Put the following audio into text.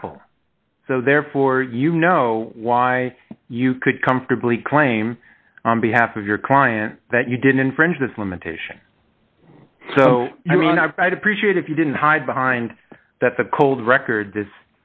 apple so therefore you know why you could comfortably claim on behalf of your client that you did infringe this limitation so i mean i'd appreciate if you didn't hide behind that the cold record